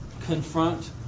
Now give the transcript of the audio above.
confront